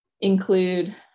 include